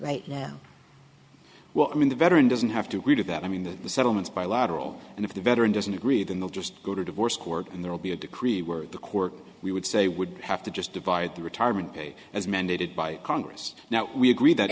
right now well i mean the veteran doesn't have to agree to that i mean the settlements bilateral and if the veteran doesn't agree then they'll just go to divorce court and there will be a decree were the court we would say would have to just divide the retirement pay as mandated by congress now we agree that